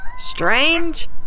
strange